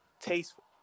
tasteful